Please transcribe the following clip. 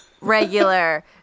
regular